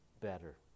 better